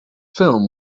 film